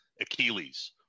Achilles